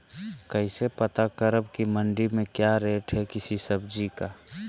कैसे पता करब की मंडी में क्या रेट है किसी सब्जी का?